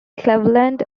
cleveland